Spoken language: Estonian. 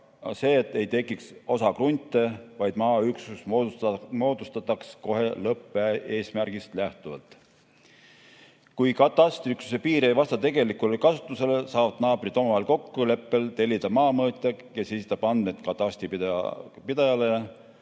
see, et ei tekiks osakrunte, vaid maaüksus moodustataks kohe lõppeesmärgist lähtuvalt. Kui katastriüksuse piir ei vasta tegelikule kasutusele, saavad naabrid omavahel kokkuleppel tellida maamõõtja, kes esitab andmed katastripidajale,